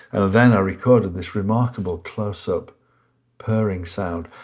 and then i recorded this remarkable closeup purring sound,